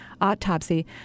autopsy